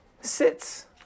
Sits